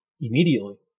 immediately